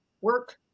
work